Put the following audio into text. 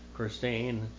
Christine